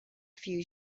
few